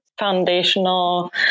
foundational